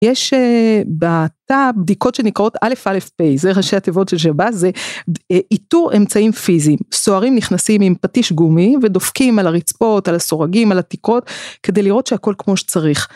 יש בתא בדיקות שנקראות א.א.פ, זה ראשי תיבות של שבא, זה איתור אמצעים פיזיים. סוהרים נכנסים עם פטיש גומי, ודופקים על הרצפות, על הסורגים, על התקרות, כדי לראות שהכל כמו שצריך.